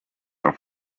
are